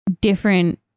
different